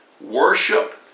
worship